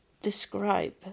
describe